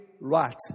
right